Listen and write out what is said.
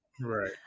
Right